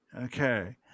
Okay